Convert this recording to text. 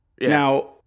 now